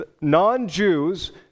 non-Jews